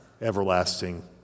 everlasting